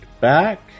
back